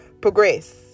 Progress